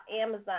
Amazon